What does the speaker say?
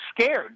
scared